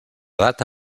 data